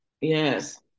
yes